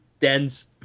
dense